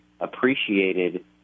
appreciated